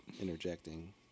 interjecting